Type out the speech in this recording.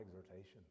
exhortation